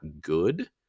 good